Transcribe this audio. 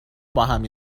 باهم